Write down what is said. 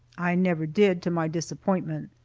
i never did, to my disappointment.